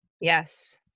Yes